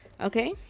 Okay